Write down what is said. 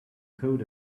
coat